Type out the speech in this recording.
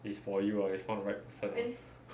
is for you uh there's one right person